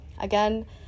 again